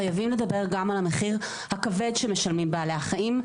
חייבים לדבר גם על המחיר הכבד שמשלמים בעלי החיים.